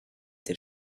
der